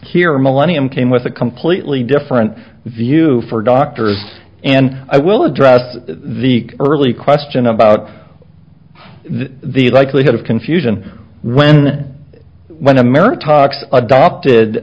here millennium came with a completely different view for doctors and i will address the early question about the likelihood of confusion when when america tucks adopted